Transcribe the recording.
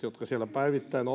jotka siellä päivittäin